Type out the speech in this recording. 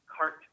Cart